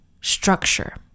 structure